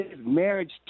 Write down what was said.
marriage